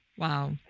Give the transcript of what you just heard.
Wow